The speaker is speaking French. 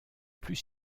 plus